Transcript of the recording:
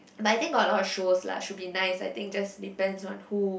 but I think got a lot of shows lah should be nice I think just depends on who